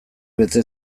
bete